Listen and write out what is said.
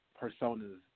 personas